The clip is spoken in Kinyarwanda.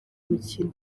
mukino